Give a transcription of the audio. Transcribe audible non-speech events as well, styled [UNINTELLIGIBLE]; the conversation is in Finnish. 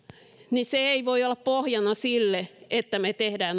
niin se ei voi olla pohjana sille että me teemme [UNINTELLIGIBLE]